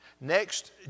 Next